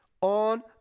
on